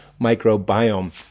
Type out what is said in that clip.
microbiome